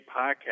podcast